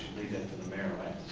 the american